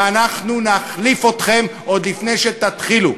ואנחנו נחליף אתכם עוד לפני שתתחילו.